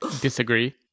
Disagree